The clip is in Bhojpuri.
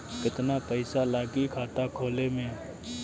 केतना पइसा लागी खाता खोले में?